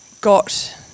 got